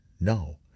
No